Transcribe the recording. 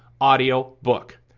audiobook